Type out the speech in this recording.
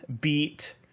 beat